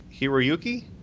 Hiroyuki